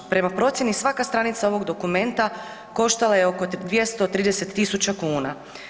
Prema procjeni, svaka stranica ovog dokumenta koštala je oko 230 000 kuna.